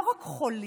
לא רק חולים,